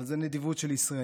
אבל זו נדיבות של ישראלים.